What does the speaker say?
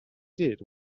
did